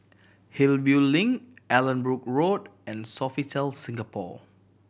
Hillview Link Allanbrooke Road and Sofitel Singapore